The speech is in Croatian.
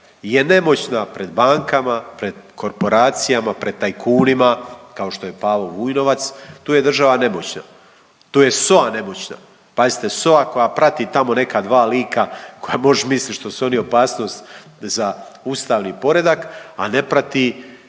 je nemoćna pred bankama, pred korporacijama, pred tajkunima kao što je Pavao Vujnovac tu je država nemoćna. Tu je SOA nemoćna. Pazite SOA koja prati tamo neka dva lika koja moš mislit što su oni opasnost za ustavni poredak, a ne prati